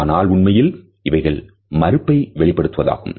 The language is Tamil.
ஆனால் உண்மையில் இவைகள் மறுப்பதை வெளிப்படுத்துவதாகும்